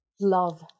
love